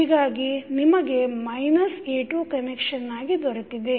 ಹೀಗಾಗಿ ನಿಮಗೆ minus a2 connection ಆಗಿ ದೊರೆತಿದೆ